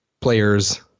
players